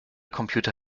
computer